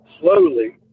slowly